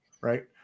right